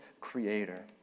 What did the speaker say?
creator